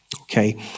Okay